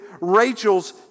Rachel's